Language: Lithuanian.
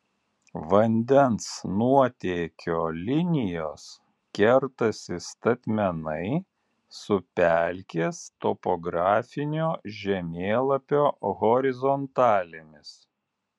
vandens nuotėkio linijos kertasi statmenai su pelkės topografinio žemėlapio horizontalėmis